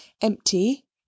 empty